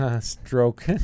Stroke